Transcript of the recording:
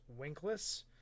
winkless